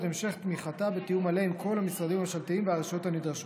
המשך תמיכתה בתיאום מלא עם כל המשרדים הממשלתיים והרשויות הנדרשות.